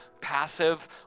passive